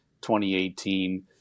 2018